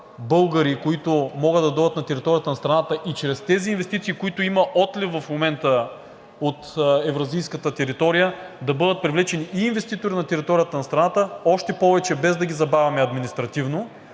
българи, които могат да дойдат на територията на страната. Чрез тези инвестиции, от които има отлив в момента в евразийската територия, да бъдат привлечени инвеститори на територията на страна, още повече без административно